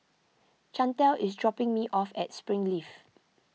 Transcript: Chantal is dropping me off at Springleaf